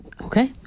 Okay